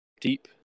deep